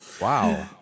Wow